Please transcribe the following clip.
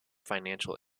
financial